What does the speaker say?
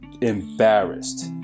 embarrassed